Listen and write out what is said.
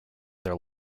their